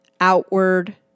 outward